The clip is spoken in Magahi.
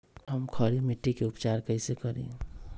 हम खड़ी मिट्टी के उपचार कईसे करी?